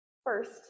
First